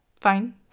fine